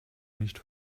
nicht